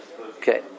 Okay